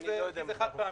כי זה חד-פעמי.